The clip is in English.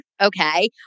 okay